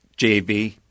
JB